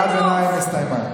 הערת הביניים הסתיימה.